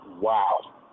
wow